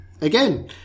again